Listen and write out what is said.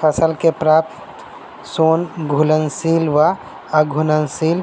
फल सॅ प्राप्त सोन घुलनशील वा अघुलनशील